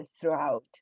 throughout